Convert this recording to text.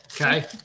okay